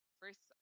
first